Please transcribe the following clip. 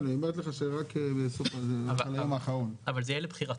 אבל זה יהיה לבחירתה,